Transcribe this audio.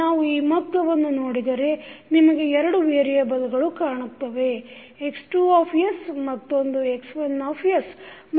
ನಾವು ಈ ಚಿತ್ರವನ್ನು ನೋಡಿದರೆ ನಿಮಗೆ ಎರಡು ವೇರಿಯಬಲ್ಗಳು ಕಾಣುತ್ತವೆ ಒಂದು X2 ಮತ್ತೊಂದು X1